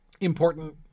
important